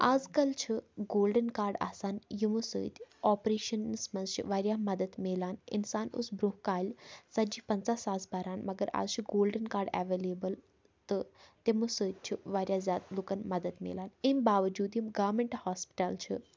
آز کَل چھُ گولڈَن کارڈ آسان یِمو سۭتۍ آپریشَنَس منٛز چھِ واریاہ مَدَت مِلان اِنسان اوس برٛونٛہہ کالہِ ژَتجی پَنٛژاہ ساس بَران مگر آز چھُ گولڈَن کارڈ اٮ۪ویلیبٕل تہٕ تِمو سۭتۍ چھُ واریاہ زیادٕ لُکَن مَدَت مِلان اَمہِ باوَجوٗد یِم گارمٮ۪نٛٹ ہاسپِٹَل چھِ